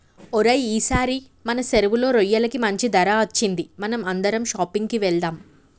ఓరై ఈసారి మన సెరువులో రొయ్యలకి మంచి ధర అచ్చింది మనం అందరం షాపింగ్ కి వెళ్దాం